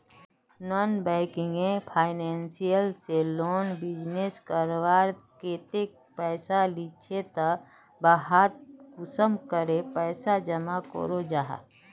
Non banking financial से लोग business करवार केते पैसा लिझे ते वहात कुंसम करे पैसा जमा करो जाहा?